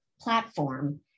platform